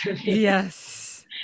Yes